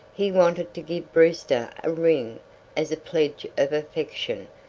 he wanted to give brewster a ring as a pledge of affection,